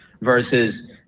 versus